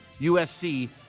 USC